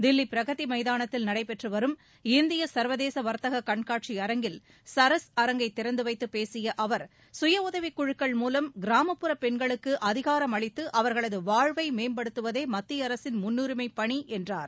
தில்லி பிரகதி மைதானத்தில் நடைபெற்று வரும் இந்திய சர்வதேச வர்த்தக கண்காட்சி அரங்கில் சரஸ் அரங்கை திறந்து வைத்துப் பேசிய அவர் சுயஉதவிக் குழுக்கள் மூலம் கிராமப்புற பெண்களுக்கு அதிகாரமளித்து அவர்களது வாழ்வை மேம்படுத்துவதே மத்திய அரசின் முன்னுரிமைப் பணி என்றார்